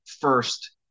first